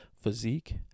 physique